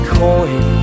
coin